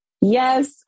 Yes